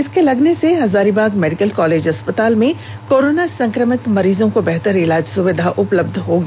इसके लगने से हजारीबाग मेडिकल कॉलेज अस्पताल में कोरोना संक्रमित मरीजों को बेहतर इलाज सुविधा उपलब्ध होगी